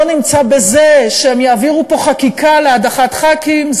לא נמצא בזה שהם יעבירו פה חקיקה להדחת ח"כים,